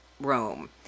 rome